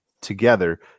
together